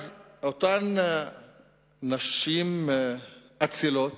אותן נשים אצילות